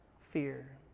fear